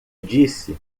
disse